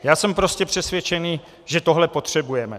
Já jsem prostě přesvědčený, že tohle potřebujeme.